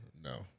No